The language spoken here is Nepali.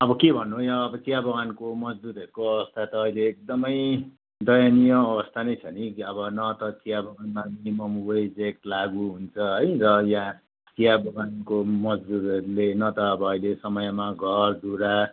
अब के भन्नु यहाँ अब चिया बगानको मजदुरहरूको आवस्था त अहिले एकदमै दयनीय आवस्था नै छ नि अब न त चिया बगानमा मिनिमम वेज एक्ट लागु हुन्छ है र यहाँ चिया बगानको मजदुरहरूले न त अब अहिले समयमा घर धुरा